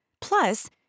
Plus